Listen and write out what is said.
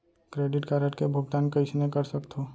Credit card के भुगतान कईसने कर सकथो?